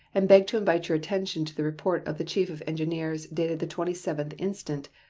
and beg to invite your attention to the report of the chief of engineers dated the twenty seventh instant,